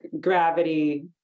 gravity